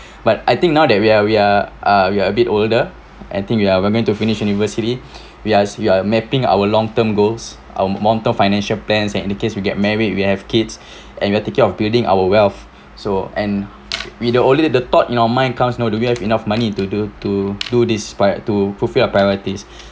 but I think now that we are we are ah we are a bit older I think we are we're going to finish university we are we are mapping our long term goals our long term financial plans and in the case we get married we have kids and we'll take care of building our wealth so and we the only the thought your mind comes you know do we have enough money to do to do this pri~ to fulfil your priorities